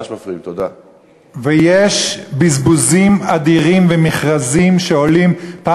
יש בזבוזים אדירים במכרזים שעולים מחיר מוגזם.